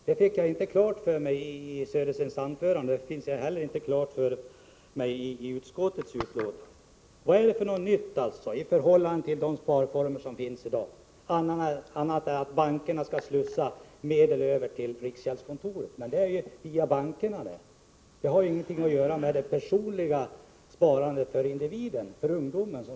Det fick jag inte klart för mig när jag lyssnade till Bo Söderstens anförande, och jag fick det inte heller klart för mig när jag läste utskottsbetänkandet. Vad är det alltså för något nytt — annat än att bankerna skall slussa medel över till riksgäldskontoret? Det sker via bankerna och har ingenting att göra med reellt sparande för individen, för ungdomen.